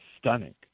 stunning